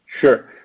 Sure